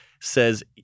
says